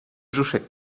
brzuszek